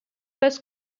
bus